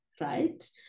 right